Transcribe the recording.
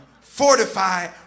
Fortify